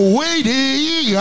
waiting